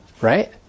Right